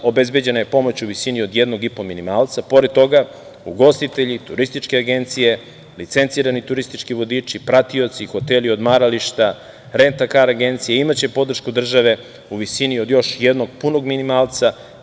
Obezbeđena je pomoć u visini od jednog i po minimalca, pored toga ugostitelj, turističke agencije, licencirani turistički vodiči, pratioci, hoteli, odmarališta, renta kar agencije, imaće podršku države u visini od još jednog punog minimalca.